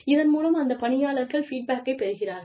இதன் மூலம் அந்த பணியாளர்கள் ஃபீட்பேக்கை பெறுகிறார்கள்